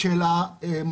ראשית,